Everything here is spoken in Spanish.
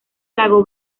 lago